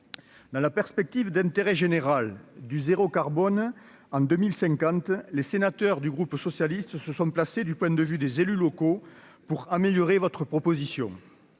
dans la perspective d'intérêt général du zéro carbone en 2050 les sénateurs du groupe socialiste, se sont placés du point de vue des élus locaux pour améliorer votre proposition